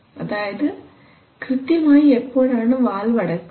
അതായത് കൃത്യമായി എപ്പോഴാണ് വാൽവ് അടയ്ക്കുന്നത്